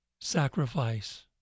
sacrifice